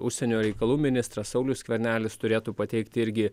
užsienio reikalų ministras saulius skvernelis turėtų pateikt irgi